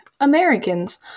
Americans